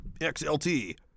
XLT